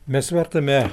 mes vertame